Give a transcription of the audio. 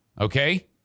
Okay